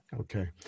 Okay